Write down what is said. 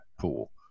pool